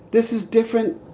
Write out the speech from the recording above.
this is different.